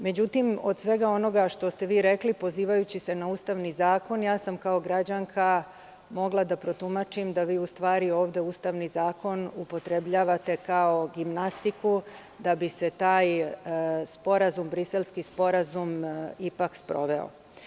Međutim, od svega onoga što ste rekli pozivajući se na Ustavni zakon, kao građanka sam mogla da protumačim da vi ustvari ovde Ustavni zakon upotrebljavate kao gimnastiku da bi se taj Briselski sporazum ipak sproveo.